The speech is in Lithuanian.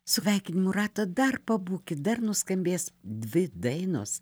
sveikinimų ratą dar pabūkit dar nuskambės dvi dainos